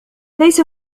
ليس